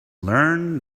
learn